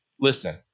listen